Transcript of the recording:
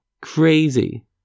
Crazy